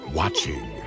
watching